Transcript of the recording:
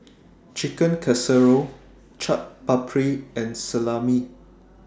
Chicken Casserole Chaat Papri and Salami